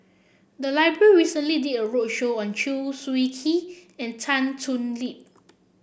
the library recently did a roadshow on Chew Swee Kee and Tan Thoon Lip